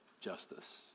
justice